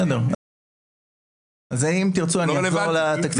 אם תרצו, אני אחזור לתקציב.